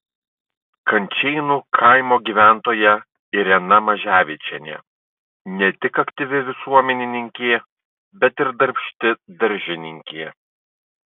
kančėnų kaimo gyventoja irena maževičienė ne tik aktyvi visuomenininkė bet ir darbšti daržininkė